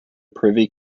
privy